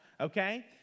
okay